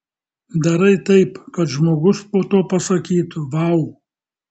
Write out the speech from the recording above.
darai taip kad žmogus po to pasakytų vau